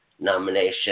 nomination